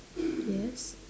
yes